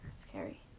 scary